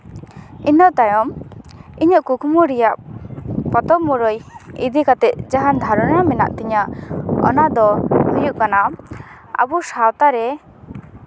ᱤᱱᱟᱹ ᱛᱟᱭᱚᱢ ᱤᱧᱟᱹᱜ ᱠᱩᱠᱢᱩ ᱨᱮᱭᱟᱜ ᱯᱚᱛᱚᱵ ᱢᱩᱨᱟᱹᱭ ᱤᱫᱤ ᱠᱟᱛᱮ ᱡᱟᱦᱟᱸ ᱫᱷᱟᱨᱚᱱᱟ ᱢᱮᱱᱟᱜ ᱛᱤᱧᱟᱹ ᱚᱱᱟ ᱫᱚ ᱦᱩᱭᱩᱜ ᱠᱟᱱᱟ ᱟᱵᱚ ᱥᱟᱶᱛᱟ ᱨᱮ